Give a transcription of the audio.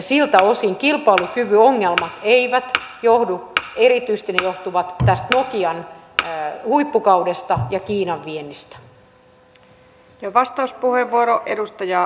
siitä kilpailukyvyn ongelmat eivät johdu erityisesti ne johtuvat tästä nokian huippukaudesta ja kiinan viennistä